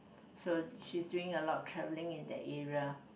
so she is doing a lot of traveling in the area